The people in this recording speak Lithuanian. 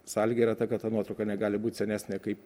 sąlyga yra ta kad ta nuotrauka negali būt senesnė kaip